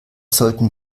sollten